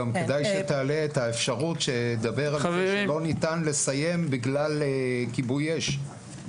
גם כדאי שתעלה את האפשרות שלא ניתן לסיים בגלל כיבוי אש.